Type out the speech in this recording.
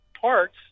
parts